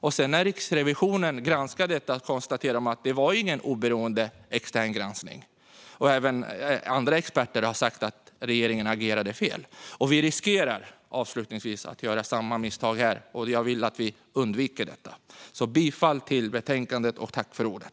Vid Riksrevisionens granskning konstaterade man att det inte var fråga om en oberoende extern granskning. Även andra experter har sagt att regeringen agerade fel. Vi riskerar att göra samma misstag här, och jag vill att vi undviker detta. Jag yrkar bifall till förslaget i betänkandet.